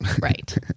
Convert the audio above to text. right